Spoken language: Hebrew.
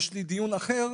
יש לי דיון אחר,